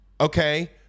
Okay